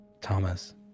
Thomas